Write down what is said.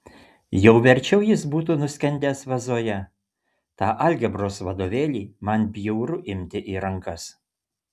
jau verčiau jis būtų nuskendęs vazoje tą algebros vadovėlį man bjauru imti į rankas